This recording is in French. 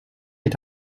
est